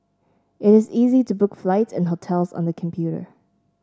it is easy to book flights and hotels on the computer